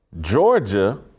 Georgia